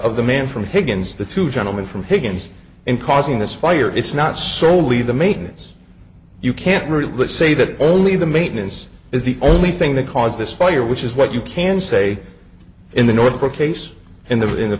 of the man from higgins the two gentlemen from higgins and causing this fire it's not soley the maintenance you can't really say that only the maintenance is the only thing that caused this fire which is what you can say in the north pole case in the in the